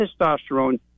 testosterone